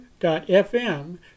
FM